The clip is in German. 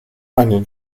einen